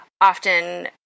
often